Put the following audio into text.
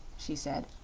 she said,